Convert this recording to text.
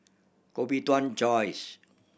Koh Bee Tuan Joyce